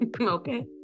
Okay